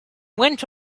went